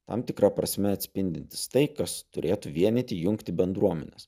tam tikra prasme atspindintys tai kas turėtų vienyti jungti bendruomenes